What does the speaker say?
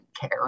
care